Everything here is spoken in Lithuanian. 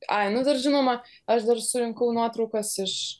ai nu dar žinoma aš dar surinkau nuotraukas iš